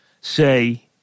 say